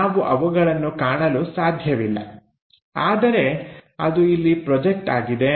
ನಾವು ಅವುಗಳನ್ನು ಕಾಣಲು ಸಾಧ್ಯವಿಲ್ಲ ಆದರೆ ಅದು ಇಲ್ಲಿ ಪ್ರೊಜೆಕ್ಟ್ ಆಗಿದೆ